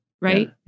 right